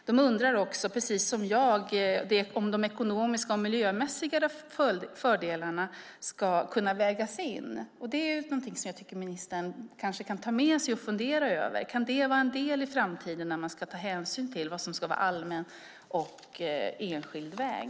De undrar också, precis som jag, om de ekonomiska och miljömässiga fördelarna ska kunna vägas in. Det är någonting jag tycker att ministern kanske kan ta med sig och fundera över. Kan detta i framtiden vara en del av det man ska ta hänsyn till när man avgör vad som ska vara allmän och enskild väg?